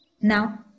Now